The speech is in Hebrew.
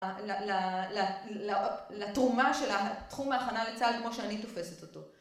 לתרומה של התחום ההכנה לצה״ל כמו שאני תופסת אותו.